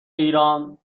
ایران